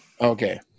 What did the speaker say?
Okay